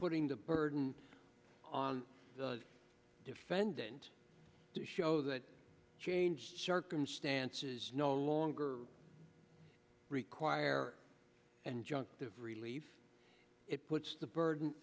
putting the burden on the defendant to show that changed circumstances no longer require and junk the relief it puts the burden